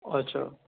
اچھا